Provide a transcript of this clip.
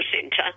Centre